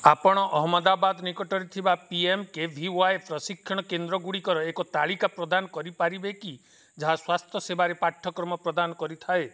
ଆପଣ ଅହମ୍ମଦାବାଦ ନିକଟରେ ଥିବା P M K V Y ପ୍ରଶିକ୍ଷଣ କେନ୍ଦ୍ର ଗୁଡ଼ିକର ଏକ ତାଲିକା ପ୍ରଦାନ କରିପାରିବେ କି ଯାହା ସ୍ୱାସ୍ଥ୍ୟସେବାରେ ପାଠ୍ୟକ୍ରମ ପ୍ରଦାନ କରିଥାଏ